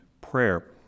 prayer